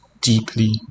deeply